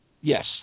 Yes